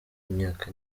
imyaka